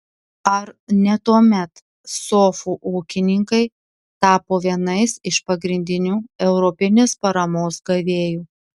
ar ne tuomet sofų ūkininkai tapo vienais iš pagrindinių europinės paramos gavėjų